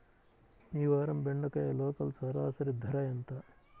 ఈ వారం బెండకాయ లోకల్ సరాసరి ధర ఎంత?